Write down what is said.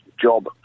job